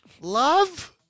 Love